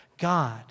God